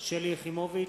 שלי יחימוביץ,